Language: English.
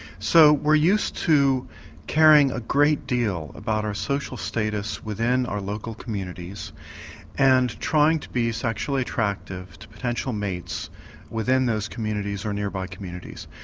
so we're used to caring a great deal about our social status within our local communities and trying to be sexually attractive to potential mates within those communities or nearby communities.